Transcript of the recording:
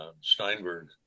Steinberg